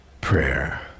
prayer